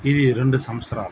ఇది రెండు సంవత్సరాలు